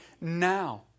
now